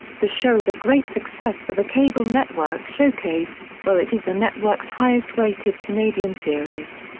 the show is a great success for the cable network showcase, where it is the network's highest-rated canadian series.